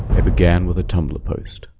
it began with a tumblr post.